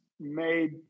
made